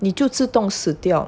你就自动死掉